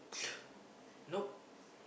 nope